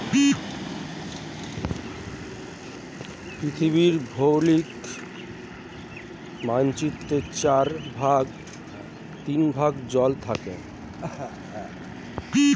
পৃথিবীর ভৌগোলিক মানচিত্রের চার ভাগের তিন ভাগ জল থাকে